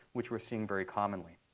which we're seeing very commonly.